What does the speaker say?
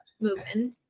moving